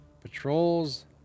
patrols